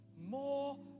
More